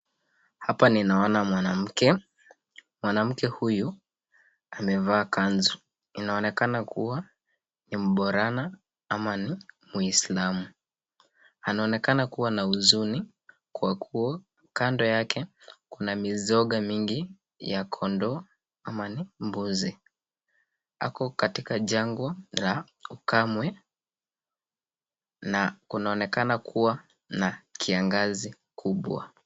Hapa ninaona mwanamke, mwanamke huyu amevaa kanzu. Inaonekana kuwa ni Mborana ama ni Mwislamu. Anaonekana kuwa na huzuni kwa kuwa kando yake kuna mizoga mingi ya kondoo ama ni mbuzi ako katika jangwa la ukame na kunaonekana kuwa na kiangazi kubwa.